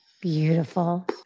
Beautiful